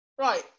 Right